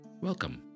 Welcome